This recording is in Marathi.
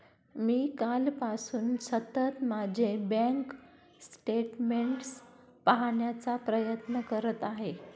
मी कालपासून सतत माझे बँक स्टेटमेंट्स पाहण्याचा प्रयत्न करत आहे